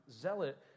zealot